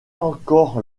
encore